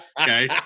Okay